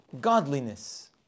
Godliness